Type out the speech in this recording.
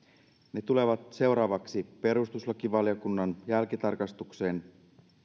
ne tulevat seuraavaksi perustuslakivaliokunnan jälkitarkastukseen